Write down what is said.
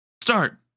start